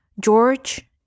George